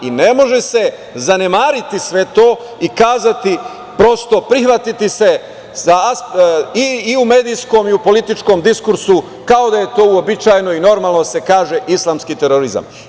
Ne može se zanemariti sve to i reći, prosto prihvatiti se i u medijskom i u političkom diskursu kao da je to uobičajeno i normalno da se kaže islamski terorizam.